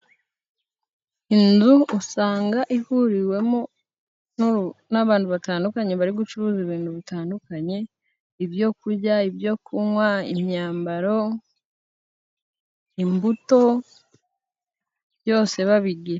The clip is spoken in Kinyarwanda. Inzu usanga ihuriwemo n'abantu batandukanye bari gucuruza ibintu bitandukanye, ibyo kujya, ibyo kunywa, imyambaro, imbuto byose babigira.